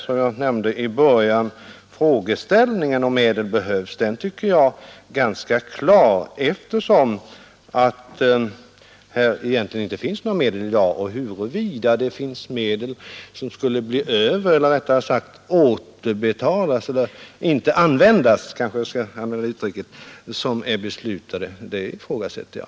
Som jag nämnde i början av mitt anförande tycker jag att det är helt klart att medel behövs, eftersom det egentligen inte finns några medel i dag. Att medel för dessa ändamål kommer att finnas outnyttjade ifrågasätter jag.